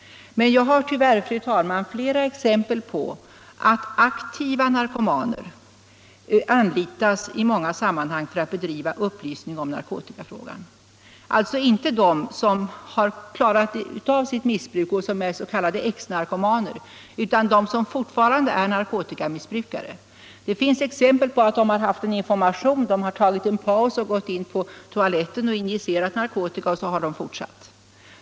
Jag har tyvärr, fru talman, flera exempel på att aktiva narkomaner anlitas i många sammanhang för att bedriva upplysning i narkotikafrågan, inte sådana som klarat av sitt missbruk och som är s.k. exnarkomaner utan sådana som fortfarande är narkotikamissbrukare. Det finns exempel på att en sådan missbrukare vid ett informationstillfälle gått in på toaletten och injicerat narkotika och därefter fortsatt sin medverkan.